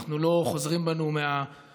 אנחנו לא חוזרים בנו מהשינויים,